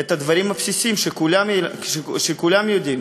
את הדברים הבסיסיים שכולם יודעים?